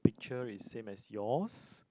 picture is same as yours